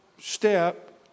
step